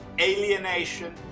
alienation